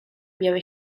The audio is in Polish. białe